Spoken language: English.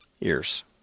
ears